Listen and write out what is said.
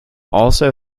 also